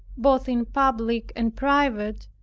both in public and private,